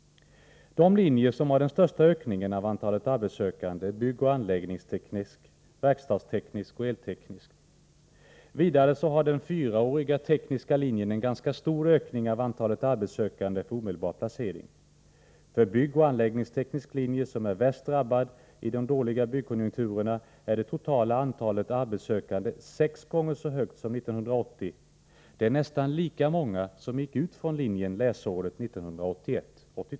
De linjer som har den största ökningen av antalet arbetssökande är byggoch anläggningsteknisk, verkstadsteknisk och elteknisk linje. Vidare har den fyraåriga tekniska linjen en ganska stor ökning av antalet arbetssökande för omedelbar placering. För byggoch anläggningsteknisk linje, som är värst drabbad i de dåliga byggkonjunkturerna, är det totala antalet arbetssökande sex gånger så högt som 1980. Det är nästan lika många som gick ut från linjen läsåret 1981/82.